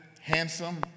handsome